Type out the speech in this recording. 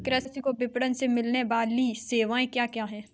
कृषि को विपणन से मिलने वाली सेवाएँ क्या क्या है